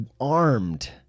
armed